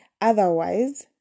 Otherwise